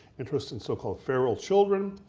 interest in so-called feral children,